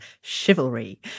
chivalry